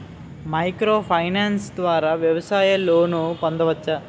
Micro finance ద్వారా వ్యవసాయ loan పొందవచ్చా?